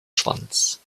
schwanz